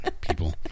people